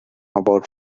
about